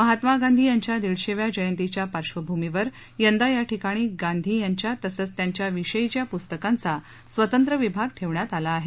महात्मा गांधी यांच्या दिडशेव्या जयंतीच्या पार्बंभूमीवर यंदा या ठिकाणी गांधी यांच्या तसंच त्यांच्या विषयीच्या पुस्तकांचा स्वतंत्र विभाग ठेवण्यात आला आहे